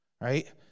right